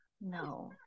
no